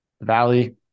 valley